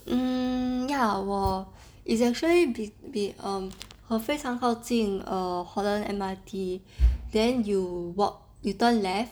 um ya 我 it's actually bet~ bet~ err 很非常靠近 err holland M_R_T then you turn left